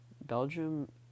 Belgium